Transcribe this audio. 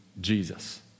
Jesus